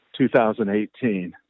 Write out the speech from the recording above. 2018